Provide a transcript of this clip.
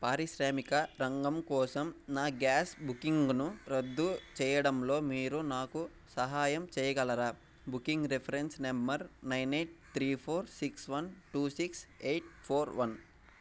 పారిశ్రామిక రంగం కోసం నా గ్యాస్ బుకింగ్ను రద్దు చేయడంలో మీరు నాకు సహాయం చేయగలరా booking reference number nine eight three four six one two six eight four one